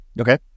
Okay